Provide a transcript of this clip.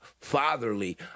fatherly